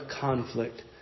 conflict